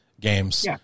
games